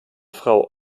frau